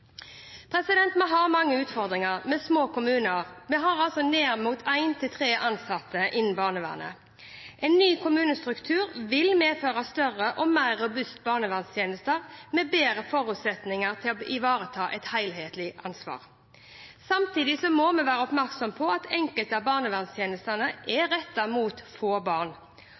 Vi har mange utfordringer med små kommuner. Noen steder er det ned mot én til tre ansatte innenfor barnevernet. En ny kommunestruktur vil medføre større og mer robuste barneverntjenester, med bedre forutsetninger for å ivareta et helhetlig ansvar. Samtidig må vi være oppmerksomme på at enkelte av barnevernstjenestene er rettet mot få barn.